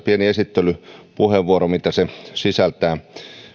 pieni esittelypuheenvuoro siitä mitä se sisältää